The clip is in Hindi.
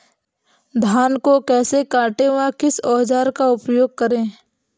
धान को कैसे काटे व किस औजार का उपयोग करें?